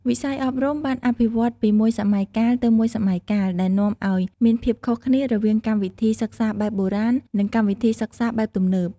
វិស័យអប់រំបានវិវឌ្ឍន៍ពីមួយសម័យកាលទៅមួយសម័យកាល ដែលនាំឱ្យមានភាពខុសគ្នារវាងកម្មវិធីសិក្សាបែបបុរាណ និងកម្មវិធីសិក្សាបែបទំនើប។